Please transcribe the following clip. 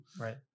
Right